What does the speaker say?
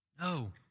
No